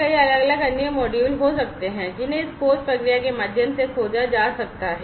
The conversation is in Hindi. कई अलग अलग अन्य मॉड्यूल हो सकते हैं जिन्हें इस खोज प्रक्रिया के माध्यम से खोजा जा सकता है